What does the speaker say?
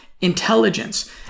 intelligence